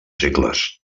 segles